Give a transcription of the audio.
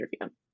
interview